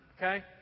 Okay